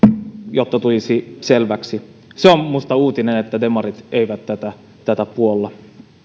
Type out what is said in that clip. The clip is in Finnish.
jotta tulisi selväksi se on minusta uutinen että demarit eivät tätä tätä puolla